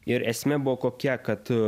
ir esmė buvo kokia kad